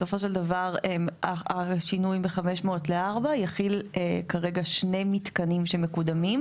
בסופו של דבר השינוי בין 500 ל-4 יכיל כרגע 2 מתקנים שמקודמים.